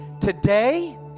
today